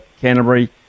Canterbury